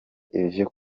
ivyo